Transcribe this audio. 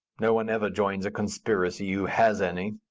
no one ever joins a conspiracy who has any.